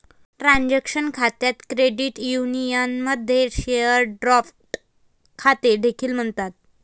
transaction खात्यास credit युनियनमध्ये share draft खाते देखील म्हणतात